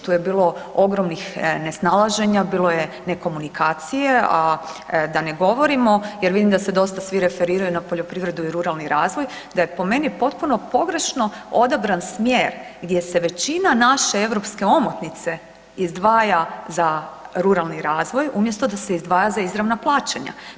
Tu je bilo ogromnih nesnalaženja, bilo je ne komunikacije, a da ne govorimo jer vidim da se svi dosta referiraju na poljoprivredu i ruralni razvoj, da je po meni potpuno pogrešno odabran smjer gdje se većina naše europske omotnice izdvaja za ruralni razvoj umjesto da se izdvaja za izravna plaćanja.